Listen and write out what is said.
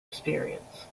experience